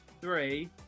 three